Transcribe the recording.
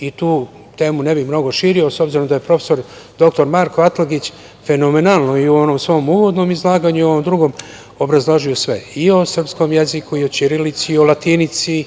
i tu temu ne bih mnogo širio, s obzirom da je profesor doktor Marko Atlagić fenomenalno i u onom svom uvodnom izlaganju i u ovom drugom obrazložio sve i o srpskom jeziku, i o ćirilici i o latinici